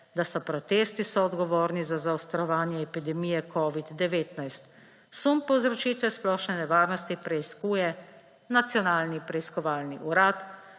da so protesti soodgovorni za zaostrovanje epidemije covid-19. Sum povzročitve splošne nevarnosti preiskuje Nacionalni preiskovalni urad,